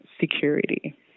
security